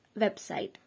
website